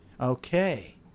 Okay